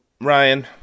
ryan